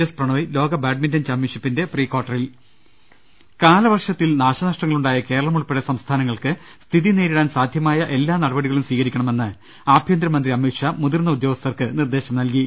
S Prannoy ലോക badminton ചാംപ്യൻഷിപ്പിന്റെ pre കാർട്ടറിൽ ങ്ങ ൽ കാലവർഷത്തിൽ നാശ നഷ്ടങ്ങളുണ്ടായ കേരളമുൾപ്പെടെ സംസ്ഥാനങ്ങൾക്ക് സ്ഥിതി നേരിടാൻ സാധ്യമായ എല്ലാ നടപടി കളും സ്വീകരിക്കണമെന്ന് ആഭ്യന്തര മന്ത്രി അമിത്ഷാ മുതിർന്ന ഉദ്യോഗസ്ഥർക്ക് നിർദേശം നൽകി